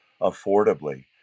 affordably